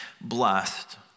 Blessed